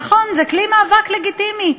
נכון, זה כלי מאבק לגיטימי.